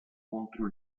contro